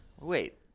wait